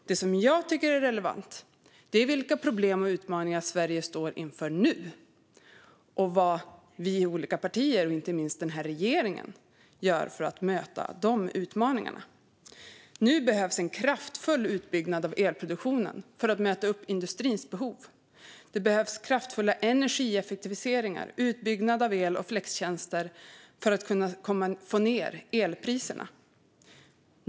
Det jag tycker är relevant är vilka problem och utmaningar Sverige står inför nu och vad vi i olika partier, och inte minst den här regeringen, gör för att möta dessa utmaningar. Nu behövs en kraftfull utbyggnad av elproduktionen för att möta industrins behov. Det behövs kraftfulla energieffektiviseringar, utbyggnad av el och flextjänster för att få ned elpriserna.